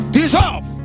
dissolve